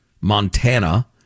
Montana